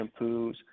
shampoos